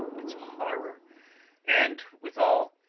its horror and, withal,